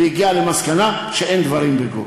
והגיעה למסקנה שאין דברים בגו.